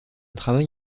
travail